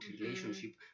relationship